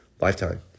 Lifetime